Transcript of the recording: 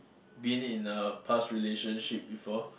been in a past relationship before